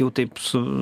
jau taip su